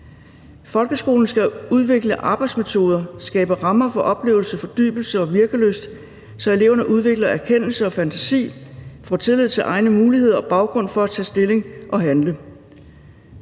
Folkeskolen skal udvikle arbejdsmetoder og skabe rammer for oplevelse, fordybelse og virkelyst, så eleverne udvikler erkendelse og fantasi og får tillid til egne muligheder og baggrund for at tage stilling og handle.